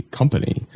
company